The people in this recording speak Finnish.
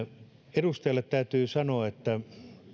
edustajalle täytyy sanoa että